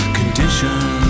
conditions